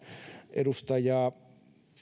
edustaja